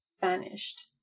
vanished